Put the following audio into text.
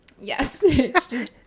Yes